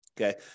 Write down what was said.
Okay